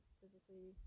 physically